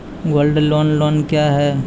Gold loan loan क्या हैं?